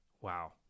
Wow